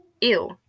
ew